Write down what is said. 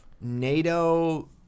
nato